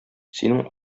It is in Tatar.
синең